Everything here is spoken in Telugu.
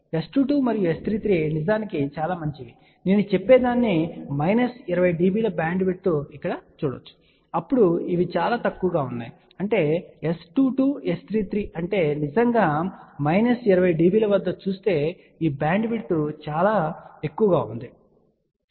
S22 మరియు S33 నిజానికి చాలా మంచిది నేను చెప్పేదాన్ని 20 dB బ్యాండ్విడ్త్ ఇక్కడ చూడవచ్చు అప్పుడు ఇవి చాలా తక్కువగా ఉన్నాయి సరే అంటే S22 S33 అంటే నేను నిజంగా 20 dB వద్ద చూస్తే ఈ బ్యాండ్విడ్త్ చాలా ఎక్కువగా ఉంది సరే